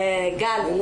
גל,